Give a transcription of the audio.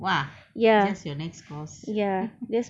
!wah! that's your next course